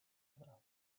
other